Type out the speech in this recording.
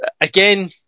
again